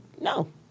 no